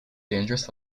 dangerous